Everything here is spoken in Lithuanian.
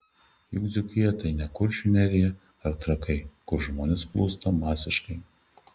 juk dzūkija tai ne kuršių nerija ar trakai kur žmonės plūsta masiškai